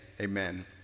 Amen